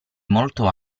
molto